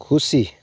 खुसी